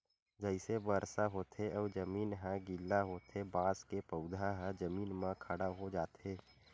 जइसे बरसा होथे अउ जमीन ह गिल्ला होथे बांस के पउधा ह जमीन म खड़ा हो जाथे